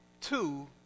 Two